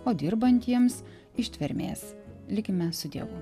o dirbantiems ištvermės likime su dievu